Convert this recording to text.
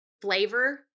flavor